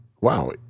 wow